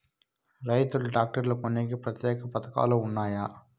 రైతులు ట్రాక్టర్లు కొనేకి ప్రత్యేక పథకాలు ఉన్నాయా?